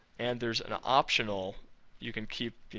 and there's an optional you can keep